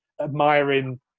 admiring